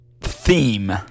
theme